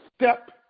step